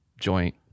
joint